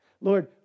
Lord